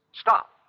stop